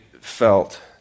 felt